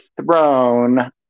throne